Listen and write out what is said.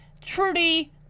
Trudy